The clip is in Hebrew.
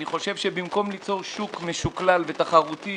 אני חושב שבמקום ליצור שוק משוכלל ותחרותי